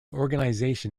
organisation